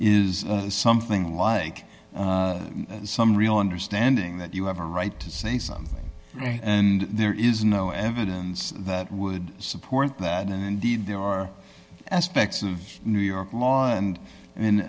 is something like some real understanding that you have a right to say something and there is no evidence that would support that and indeed there are aspects of new york law and